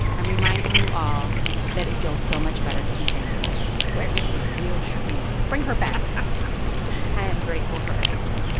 i'm reminding you all that it feels so much better to be thankful where is the real shereen? bring her back i am grateful for everything